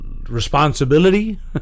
responsibility